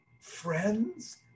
friends